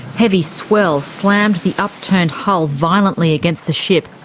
heavy swell slammed the upturned hull violently against the ship,